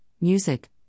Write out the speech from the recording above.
music